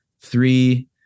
three